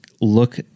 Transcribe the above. look